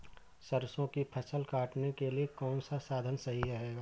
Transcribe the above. सरसो की फसल काटने के लिए कौन सा साधन सही रहेगा?